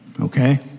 okay